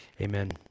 Amen